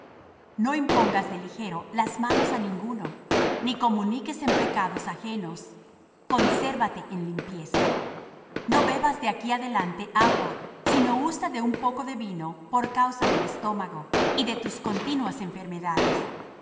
no impongas de ligero las manos á ninguno ni comuniques en pecados ajenos consérvate en limpieza no bebas de aquí adelante agua sino usa de un poco de vino por causa del estómago y de tus continuas enfermedades